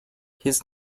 his